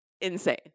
insane